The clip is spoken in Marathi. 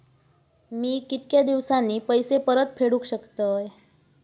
मी कीतक्या दिवसांनी पैसे परत फेडुक शकतय?